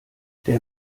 der